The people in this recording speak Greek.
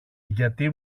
γιατί